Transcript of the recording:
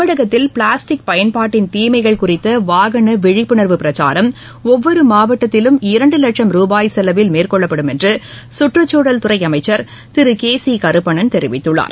தமிழகத்தில் பிளாஸ்டிக் பயன்பாட்டின் தீமைகள் குறித்த வாகன விழிப்புணர்வு பிரச்சாரம் ஒவ்வொரு மாவட்டத்திலும் இரண்டு வட்சம் ரூபாய் செலவில் மேற்கொள்ளப்படும் என்று சுற்றுச்சூழல் துறை அமைச்சர் திரு கே சி கருப்பணன் தெரிவித்துள்ளார்